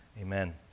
Amen